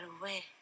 away